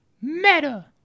Meta